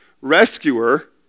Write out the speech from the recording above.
rescuer